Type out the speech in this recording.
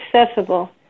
accessible